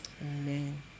Amen